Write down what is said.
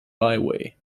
byway